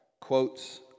quotes